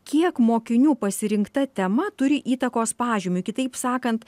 kiek mokinių pasirinkta tema turi įtakos pažymiui kitaip sakant